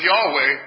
Yahweh